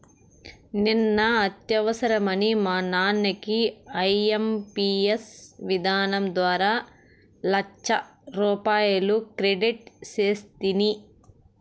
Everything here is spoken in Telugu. నిన్న అత్యవసరమని మా నాన్నకి ఐఎంపియస్ విధానం ద్వారా లచ్చరూపాయలు క్రెడిట్ సేస్తిని